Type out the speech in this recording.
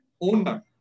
owner